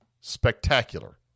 spectacular